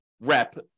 rep